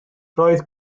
roedd